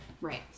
Right